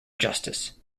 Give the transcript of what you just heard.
justice